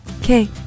Okay